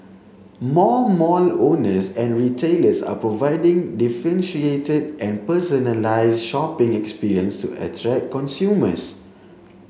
more mall owners and retailers are providing differentiated and personalised shopping experience to attract consumers